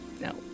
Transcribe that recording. No